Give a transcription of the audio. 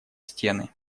стены